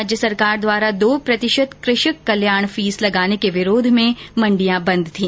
राज्य सरकार द्वारा दो प्रतिशत कृषक कल्याण फीस लगाने के विरोध में मंडिया बंद थी